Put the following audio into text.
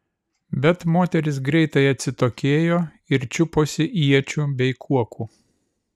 bet moterys greitai atsitokėjo ir čiuposi iečių bei kuokų